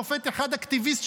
שופט אחד אקטיביסט,